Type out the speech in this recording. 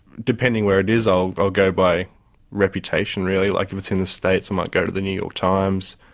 depending where it is i'll i'll go by reputation really. like if it's in the states i might go to the new york times.